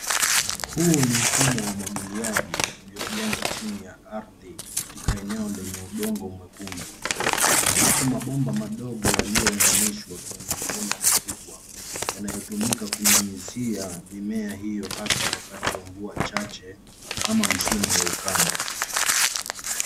Huu ni mfumo wa umwagiliaji uliojengwa chini ya ardhi katika eneo lenye udongo mwekundu. Yapo mabomba madogo yaliyounganishwa kwenye mabomba makubwa yanayotumika kunyunyizia mimea hiyo hasa wakati wa mvua chache au msimu wa ukame.